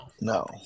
No